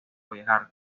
viajar